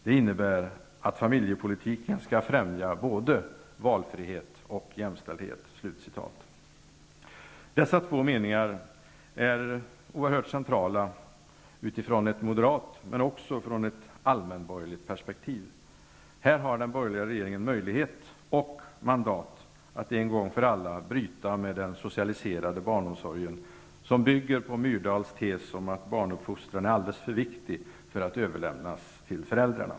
Det innebär att familjepolitiken skall främja både valfrihet och jämställdhet...'' Dessa två meningar är oerhört centrala utifrån ett moderat men också från ett allmänborgerligt perspektiv. Den borgerliga regeringen har nu möjlighet och mandat att en gång för alla bryta med den socialiserade barnomsorgen, som bygger på Myrdals tes om att barnuppfostran är något alldeles för viktigt för att överlämnas till föräldrarna.